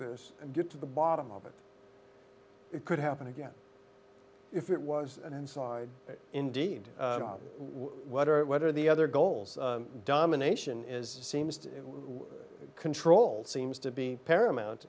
and get to the bottom of it it could happen again if it was an inside it indeed what are what are the other goals domination is seems to control seems to be paramount